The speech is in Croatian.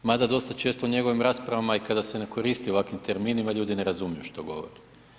Mada dosta često u njegovim raspravama kada se ne koristi ovakvim terminima, ljudi ne razumiju što govore.